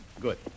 Good